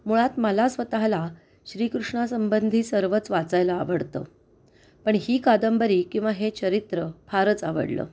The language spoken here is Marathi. मुळात मला स्वतःला श्रीकृष्णासंबंधी सर्वच वाचायला आवडतं पण ही कादंबरी किंवा हे चरित्र फारच आवडलं